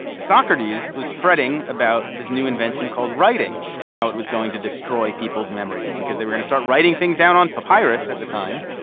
socrates was fretting about this new invention called writing and how it was going to destroy people's memories because they were gonna start writing things down on papyrus at the time.